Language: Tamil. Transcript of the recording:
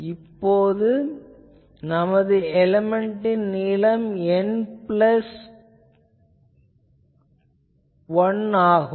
இப்போது நமது எலேமென்ட்டின் நீளம் N கூட்டல் 1 ஆகும்